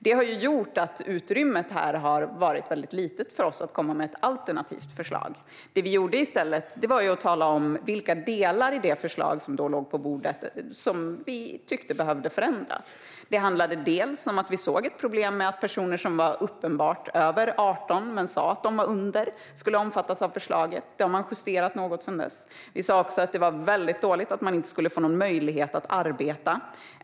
Det har gjort att utrymmet för oss att komma med ett alternativt förslag har varit väldigt litet. Det vi i stället gjorde var att tala om vilka delar i det förslag som då låg på bordet som vi tyckte behövde förändras. Det handlade om att vi såg ett problem med att personer som uppenbart var över 18 år men sa att de var yngre skulle omfattas av förslaget. Man har justerat förslaget något sedan dess. Vi sa också att det var väldigt dåligt att de inte skulle få någon möjlighet att arbeta.